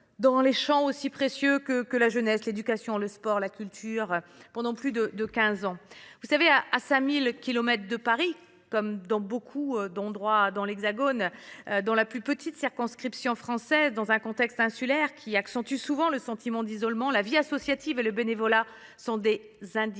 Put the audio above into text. dans le champ si précieux de la jeunesse, du sport et de la culture pendant plus de quinze ans. À 5 000 kilomètres de Paris, comme dans beaucoup d’endroits dans l’Hexagone, dans la plus petite circonscription française, dans un contexte insulaire qui accentue souvent le sentiment d’isolement, la vie associative et le bénévolat sont des exutoires